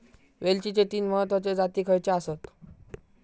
वेलचीचे तीन महत्वाचे जाती खयचे आसत?